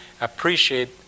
appreciate